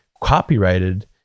copyrighted